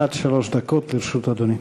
עד שלוש דקות לרשות אדוני.